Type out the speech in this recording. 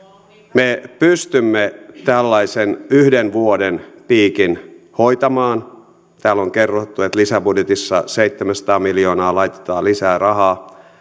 me pystymme tällaisen yhden vuoden piikin hoitamaan täällä on kerrottu että lisäbudjetissa seitsemänsataa miljoonaa laitetaan lisää rahaa